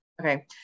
Okay